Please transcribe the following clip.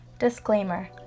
Disclaimer